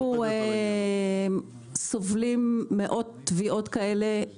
אנחנו סובלים מאות תביעות כאלה.